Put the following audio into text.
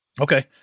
Okay